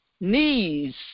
knees